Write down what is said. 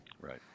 Right